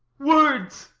words,